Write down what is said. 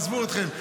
עזבו אתכם.